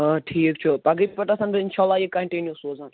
آ ٹھیٖک چھُ پَگہٕکۍ پٮ۪ٹھٕ آسَن بہٕ اِنشاء اللہ یہِ کَنٹَِنیٛوٗ سوزان